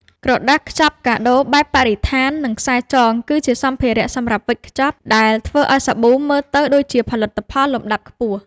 ក្រដាសខ្ចប់កាដូបែបបរិស្ថាន និងខ្សែចង គឺជាសម្ភារៈសម្រាប់វេចខ្ចប់ដែលធ្វើឱ្យសាប៊ូមើលទៅដូចជាផលិតផលលំដាប់ខ្ពស់។